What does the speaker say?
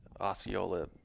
Osceola